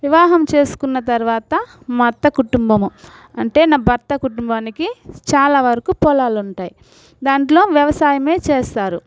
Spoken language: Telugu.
వివాహము చేసుకున్న తరువాత మా అత్త కుటుంబము అంటే నా భర్త కుటుంబానికి చాలా వరకు పొలాలుంటాయ్ దాంట్లో వ్యవసాయమే చేస్తారు